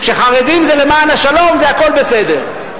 כשחרדים זה למען השלום, זה הכול בסדר.